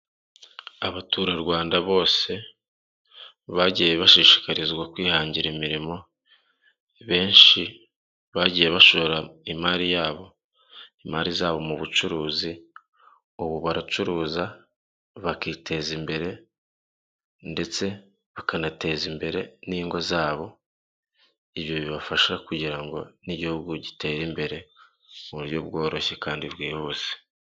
Abaturarwanda bose, bagiye bashishikarizwa kwihangira imirimo ,benshi bagiye bashora imari zabo mu bucuruzi, ubu baracuruza bakiteza imbere ndetse bakanateza imbere n'ingo zabo, ibyo bibafasha kugira ngo n'igihugu gitere imbere mu buryo bworoshye kandi bwihuse.